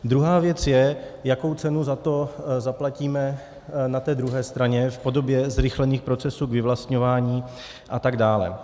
Druhá věc je, jakou cenu za to zaplatíme na té druhé straně v podobě zrychlených procesů vyvlastňování atd.